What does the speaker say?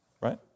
Right